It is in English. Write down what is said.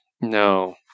No